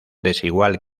desigual